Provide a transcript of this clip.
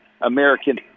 American